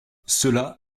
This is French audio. cela